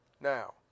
Now